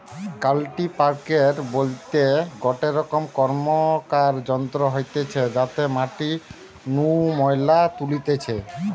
কাল্টিপ্যাকের বলতে গটে রকম র্কমকার যন্ত্র হতিছে যাতে মাটি নু ময়লা তুলতিছে